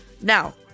Now